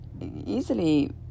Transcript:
easily